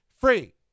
free